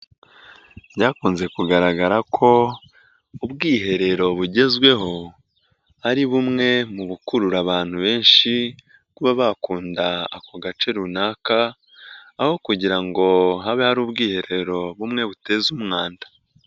Byakunze kugaragara ko ubwiherero bugezweho ari bumwe mu bukurura abantu benshi kuba bakunda ako gace runaka aho kugira ngo habe hari ubwiherero bumwe buteza umwanda.